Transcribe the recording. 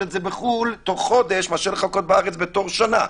את זה בחו"ל תוך חודש מאשר לחכות בארץ שנה.